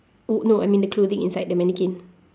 oh no I mean the clothing inside the mannequin